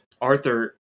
Arthur